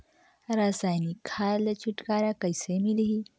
रसायनिक खाद ले छुटकारा कइसे मिलही?